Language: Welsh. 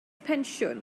pensiwn